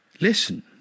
Listen